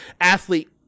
athlete